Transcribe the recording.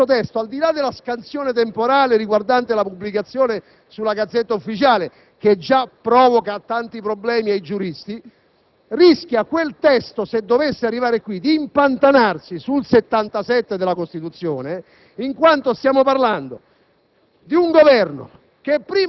alla modifica di questo testo, al di là della scansione temporale riguardante la pubblicazione sulla *Gazzetta Ufficiale*, che già provoca tanti problemi ai giuristi, che, se dovesse arrivare al Senato, rischia di impantanarsi sull'articolo 77 della Costituzione, in quanto stiamo parlando